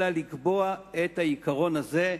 אלא הוא בא לקבוע את העיקרון הזה,